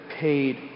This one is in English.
paid